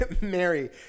Mary